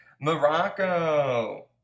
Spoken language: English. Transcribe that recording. Morocco